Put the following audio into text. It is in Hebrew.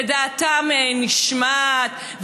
ודעתם נשמעת,